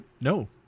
No